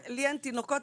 לי אין תינוקות,